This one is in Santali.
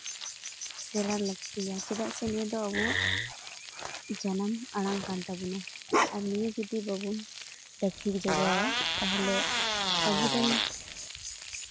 ᱥᱮᱬᱟ ᱞᱟᱹᱠᱛᱤᱭᱟ ᱪᱮᱫᱟᱜ ᱥᱮ ᱱᱤᱭᱟᱹ ᱫᱚ ᱟᱵᱚᱣᱟᱜ ᱡᱟᱱᱟᱢ ᱟᱲᱟᱝ ᱠᱟᱱ ᱛᱟᱵᱚᱱᱟ ᱟᱨ ᱱᱤᱭᱟᱹ ᱡᱩᱫᱤ ᱵᱟᱵᱚᱱ ᱨᱟᱹᱠᱷᱤ ᱡᱚᱜᱟᱣᱟ ᱛᱟᱦᱚᱞᱮ ᱟᱵᱩᱨᱮᱱ